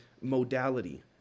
modality